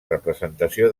representació